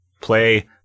play